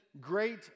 great